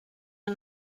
der